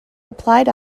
applied